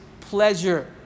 pleasure